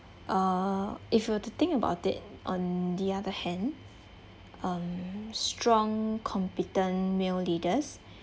uh if you were to think about it on the other hand um strong competent male leaders